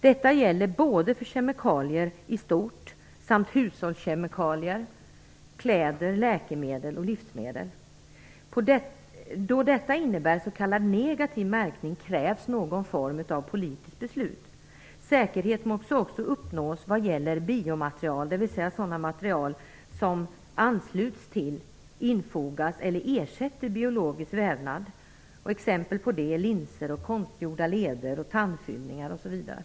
Detta gäller både för kemikalier i stort samt för hushållskemikalier, kläder, läkemedel och livsmedel. Då detta innebär s.k. negativ märkning krävs någon form av politiskt beslut. Säkerhet måste också uppnås vad gäller biomaterial, dvs. sådant material som ansluts till, infogas i eller ersätter biologisk vävnad. Exempel på detta är linser, konstgjorda leder, tandfyllningar osv.